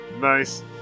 Nice